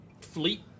fleet